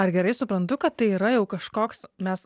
ar gerai suprantu kad tai yra kažkoks mes